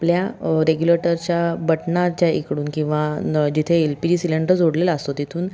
आपल्या रेग्युलेटरच्या बटणाच्या इकडून किंवा न जिथे एल पी जी सिलेंडर जोडलेला असतो तिथून